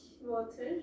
water